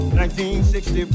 1960